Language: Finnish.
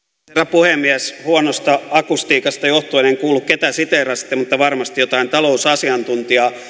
puhemies huonosta akustiikasta johtuen en kuullut ketä siteerasitte mutta varmasti jotain talousasiantuntijaa